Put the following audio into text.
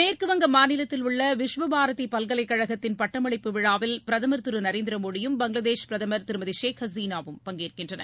மேற்குவங்க மாநிலத்தில் உள்ள விஸ்வ பாரதி பல்கலைக்கழகத்தின் பட்டமளிப்பு விழாவில் பிரதமர் திரு நரேந்திர மோடியும் பங்களாதேஷ் பிரதமர் திருமதி ஷேக் ஹசினாவும் பங்கேற்கின்றனர்